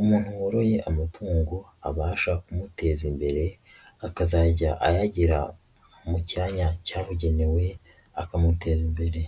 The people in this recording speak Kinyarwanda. umuntu woroye amatungo abasha kumuteza imbere, akazajya ayagira mu cyanya cyabugenewe akamuteza imbere.